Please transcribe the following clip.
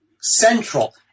central